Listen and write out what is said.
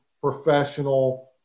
professional